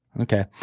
Okay